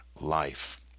life